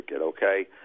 okay